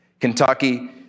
Kentucky